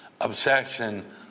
obsession